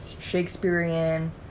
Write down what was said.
Shakespearean